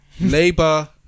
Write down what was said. Labour